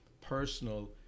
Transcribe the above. personal